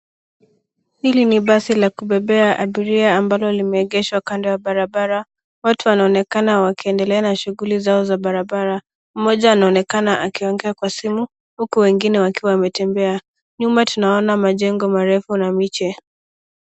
Hili ni basi la kubebea abiria ambalo limeegeshwa kando ya barabara . Watu wanaonekana wakiendelea na shughuli zao za barabara . Mmoja anaonekana akiongea kwa simu huku wengine wakitembea. Nyuma tunaona majengo marefu na miche.